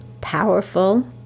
Powerful